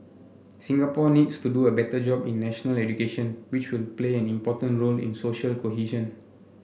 Singapore needs to do a better job in national education which will play an important role in social cohesion